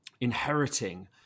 inheriting